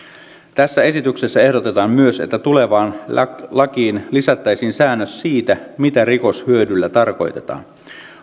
tässä esityksessä ehdotetaan myös että tulevaan lakiin lisättäisiin säännös siitä mitä rikoshyödyllä tarkoitetaan